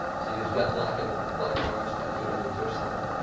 so you got black and black and orange tattooed on your tush somewhere?